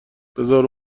بزار